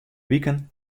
wiken